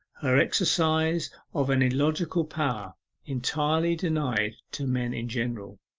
her exercise of an illogical power entirely denied to men in general